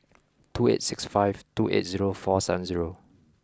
two eight six five two eight zero four seven zero